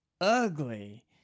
ugly